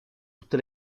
tutte